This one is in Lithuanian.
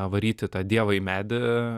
varyti tą dievą į medį